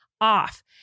off